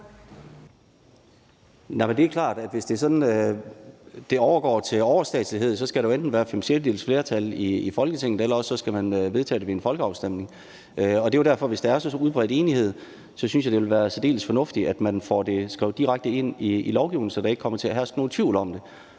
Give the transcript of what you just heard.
det er sådan, at det overgår til overstatslighed, skal der jo enten være fem sjettedeles flertal i Folketinget, eller også skal man vedtage det ved en folkeafstemning. Og det er jo derfor, hvis der er så udbredt enighed, at så synes jeg, det vil være særdeles fornuftigt, at man får det skrevet direkte ind i lovgivningen, så der ikke kommer til at herske nogen tvivl om det.